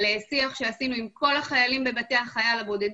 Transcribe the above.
על שיח שעשינו עם כל החיילים הבודדים